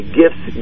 gifts